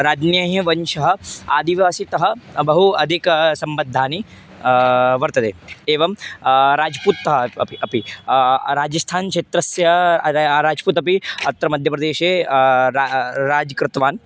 राजवंशः आदिवासीतः बहु अधिकसम्बद्धानि वर्तते एवं राजपूतः अपि अपि राजस्थानक्षेत्रस्य राजपूतः अपि अत्र मध्यप्रदेशे रा राज्यं कृतवान्